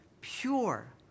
pure